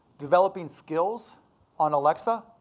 developing skills on alexa